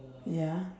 ya